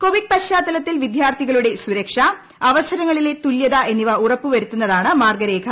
Covid പശ്ചാത്തലത്തിൽ വിദ്യാർത്ഥികളുടെ സുരക്ഷ അവസരങ്ങളിലെ തുല്യത എന്നിവ ഉറപ്പുവരുന്നതാണ് മാർഗ്ഗരേഖ